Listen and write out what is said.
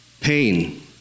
pain